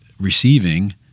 receiving